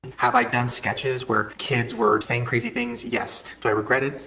have i done sketches where kids were saying crazy things? yes. do i regret it?